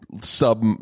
sub